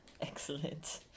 excellent